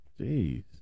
Jeez